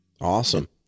Awesome